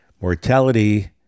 Mortality